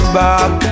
back